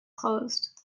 closed